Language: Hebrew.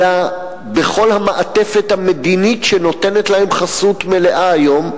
אלא בכל המעטפת המדינית שנותנת להם חסות מלאה היום,